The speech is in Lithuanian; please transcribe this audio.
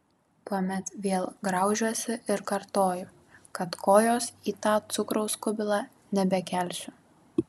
tuomet vėl graužiuosi ir kartoju kad kojos į tą cukraus kubilą nebekelsiu